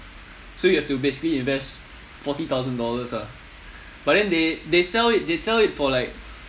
so you have to basically invest forty thousands dollar ah but then they they sell it they sell it for like